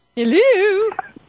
Hello